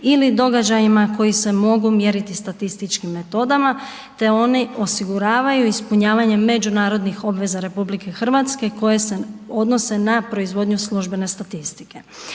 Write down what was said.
ili događajima koji se mogu mjeriti statističkim metodama, te oni osiguravaju ispunjavanje međunarodnih obveza RH koje se odnose na proizvodnju službene statistike.